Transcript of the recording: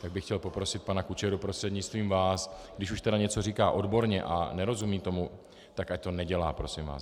Tak bych chtěl poprosit pana Kučeru prostřednictvím vás, když už tedy něco říká odborně a nerozumí tomu, tak ať to nedělá, prosím vás.